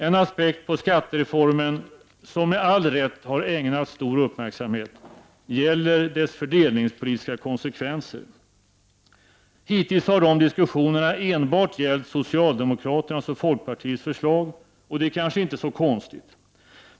En aspekt på skattereformen som med all rätt har ägnats stor uppmärksamhet gäller dess fördelningspolitiska konsekvenser. Hittills har dessa diskussioner enbart gällt socialdemokraternas och folkpartiets förslag, och det är kanske inte så konstigt.